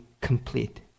complete